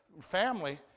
family